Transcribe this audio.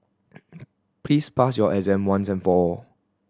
please pass your exam once and for all